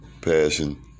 passion